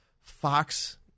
Fox